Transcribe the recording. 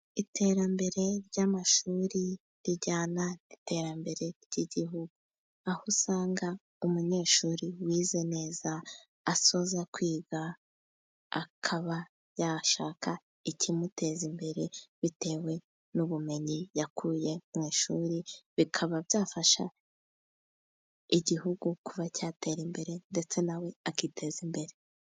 Iterambere ry' amashuri rijyana n' iterambere ry' igihugu, aho usanga umunyeshuri wize neza asoza kwiga akaba yashaka ikimuteza imbere, bitewe n' ubumenyi yakuye mu ishuri bikaba byafasha igihugu kuba cyatera imbere ndetse nawe akiteza imbere.